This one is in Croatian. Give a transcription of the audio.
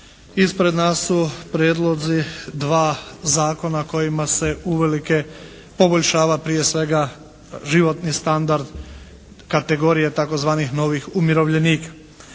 Ispred nas su prijedlozi dva zakona kojima se uvelike poboljšava prije svega životni standard kategorije tzv. novih umirovljenika.